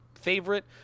favorite